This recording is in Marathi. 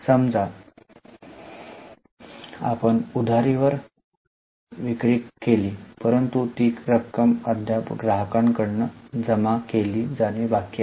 समजा आपण उधारीवर विक्री केली परंतु ती रक्कम अद्याप ग्राहकांकडून जमा केली जाणे बाकी आहे